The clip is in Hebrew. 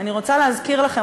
אני רוצה להזכיר לכם,